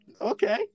Okay